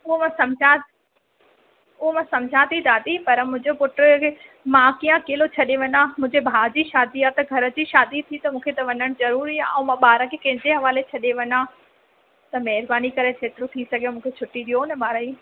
उहो मां सम्झा उओ मां सम्झा थी दादी पर मुंहिंजो पुट खे मां कीअं अकेलो छॾे वञा मुठिंजे भाउ जी शादी आहे त घर जी शादी थी त मूंखे त वञण ज़रूरी आ्हे त ॿार खे कंहिंजे हवाले छॾे वञा त महिरबानी करे जेतिरो थी सघे मूंखे छुट्टी ॾियो ना ॿार जी